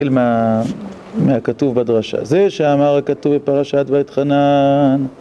מהכתוב בדרשה זה שאמר הכתוב בפרשת ואתחנן